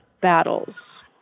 battles